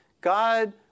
God